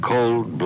Cold